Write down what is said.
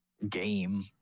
game